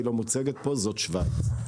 והיא שוויץ.